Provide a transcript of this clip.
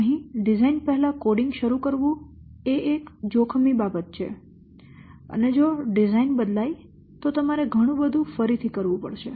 અહીં ડિઝાઇન પહેલાં કોડિંગ શરૂ કરવું એ એક જોખમી બાબત છે અને જો ડિઝાઇન બદલાય તો તમારે ઘણું બધુ ફરીથી કરવું પડશે